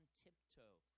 tiptoe